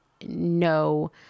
no